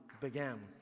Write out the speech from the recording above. began